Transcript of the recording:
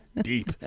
Deep